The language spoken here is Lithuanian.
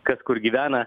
kas kur gyvena